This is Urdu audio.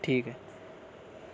ٹھیک ہے